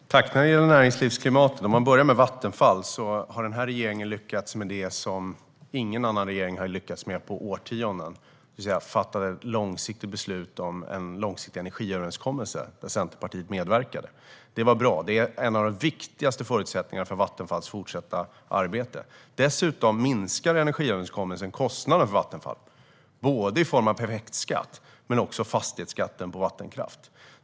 Herr talman! När det gäller näringslivsklimatet kan jag börja med Vattenfall. Den här regeringen har lyckats med det som ingen annan regering har lyckats med på årtionden, det vill säga fatta långsiktiga beslut om en långsiktig energiöverenskommelse där Centerpartiet medverkade. Det var bra. Det är en av de viktigaste förutsättningarna för Vattenfalls fortsatta arbete. Dessutom minskar energiöverenskommelsen kostnaderna för Vattenfall både i form av effektskatt och fastighetsskatten på vattenkraft.